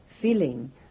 feeling